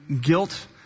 guilt